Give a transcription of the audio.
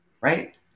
Right